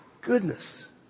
goodness